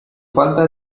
falta